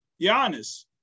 Giannis